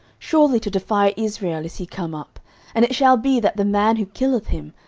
surely to defy israel is he come up and it shall be, that the man who killeth him,